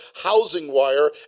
HousingWire